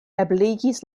ebligis